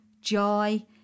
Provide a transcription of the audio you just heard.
joy